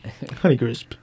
Honeycrisp